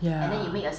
ya